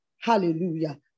Hallelujah